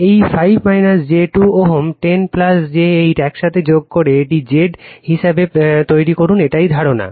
এই 5 j 2 Ω 10 j 8 একসাথে যোগ করে এটিকে Z হিসাবে তৈরি করুন এটাই ধারণা